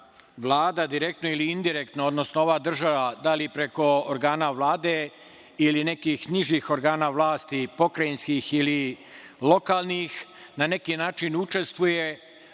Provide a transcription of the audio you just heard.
Vlada direktno ili indirektno, odnosno ova država, da li preko organa Vlade ili nekih nižih organa vlasti, pokrajinskih ili lokalnih, na neki način učestvuje